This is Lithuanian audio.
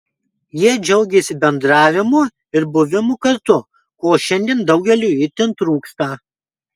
jie džiaugėsi bendravimu ir buvimu kartu ko šiandien daugeliui itin trūksta